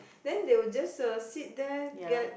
then they will just uh sit there get